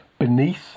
beneath